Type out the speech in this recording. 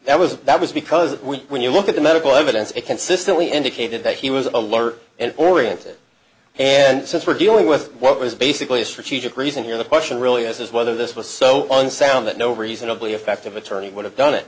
that was that was because we when you look at the medical evidence it consistently indicated that he was alert and oriented and since we're dealing with what was basically a strategic reason here the question really is is whether this was so unsound that no reasonably effective attorney would have done it